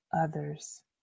others